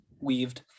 Weaved